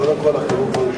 קודם כול החינוך הוא,